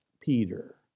Peter